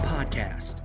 Podcast